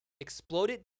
Exploded